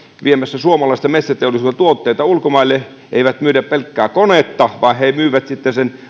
viemässä suomalaisia metsäteollisuuden tuotteita ulkomaille ja he eivät myy pelkkää konetta vaan he myyvät sitten sen